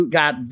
got